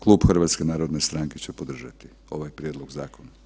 Klub HNS-a će podržati ovaj prijedlog zakona.